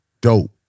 dope